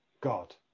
God